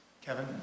kevin